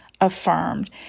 affirmed